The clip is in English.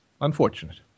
unfortunate